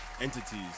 entities